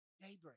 daybreak